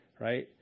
right